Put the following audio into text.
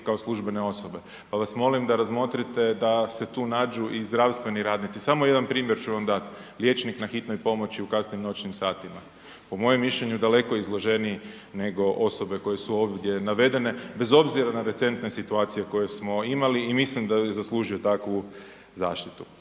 kao službene osobe pa vas molim da razmotrite da se tu nađu i zdravstveni radnici. Samo jedan primjer ću vam dati, liječnik na hitnoj pomoći u kasnim noćnim satima, po mojem mišljenju, daleko izloženiji nego osobe koje su ovdje navedene, bez obzira na recentne situacije koje smo imali i mislim da zaslužuje takvu zaštitu.